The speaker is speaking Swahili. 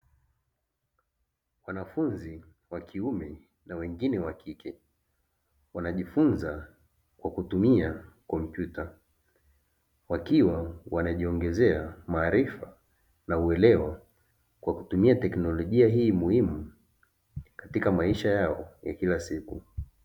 Wanafunzi wa kiume na wengine wakike wanajifunza kwa kutumia kompyuta. Wakiwa wanajiongezea maarifa na uelewa kwa kutumia teknolojia hii muhimu katika maisha yao ya kila siku.